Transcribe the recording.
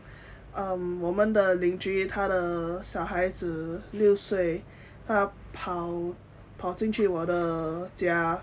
um 我们的邻居他的小孩子六岁他跑跑进去我的家